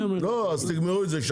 לא, אז תגמרו את זה.